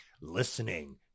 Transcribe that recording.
listening